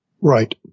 Right